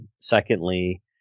Secondly